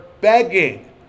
begging